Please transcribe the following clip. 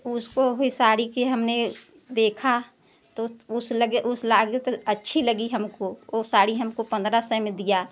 तो उसको भी साड़ी की हमने देखा तो उस लगे उस लागे तो अच्छी लगी हमको वह पंद्रह सौ में दिया